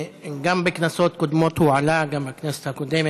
גם בכנסות הקודמות הוא עלה, גם בכנסת הקודמת,